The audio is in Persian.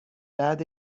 بعد